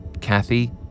Kathy